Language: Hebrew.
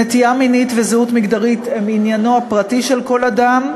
נטייה מינית וזהות מגדרית הן עניינו הפרטי של כל אדם,